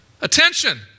attention